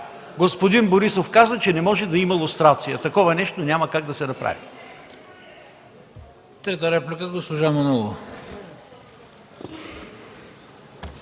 Господин Борисов каза, че не може да има лустрация. Такова нещо няма как да се направи.